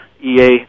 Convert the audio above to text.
EA